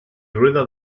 rueda